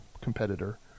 competitor